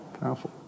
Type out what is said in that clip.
Powerful